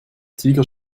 tiger